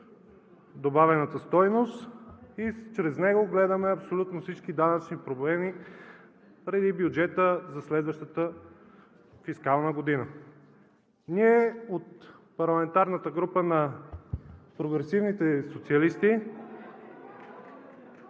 добавената стойност и чрез него гледаме абсолютно всички данъчни проблеми при бюджета за следващата фискална година. Ние от парламентарната група на Прогресивните социалисти